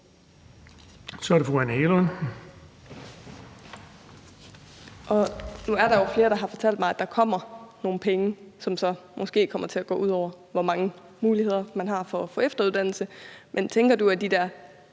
Kl. 18:25 Anne Hegelund (EL): Nu er der jo flere, der har fortalt mig, at der kommer nogle penge, som så måske kommer til at gå ud over, hvor mange muligheder man har for at få efteruddannelse. Men tænker du, at de der